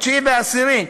התשיעי והעשירי,